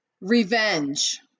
revenge